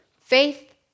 Faith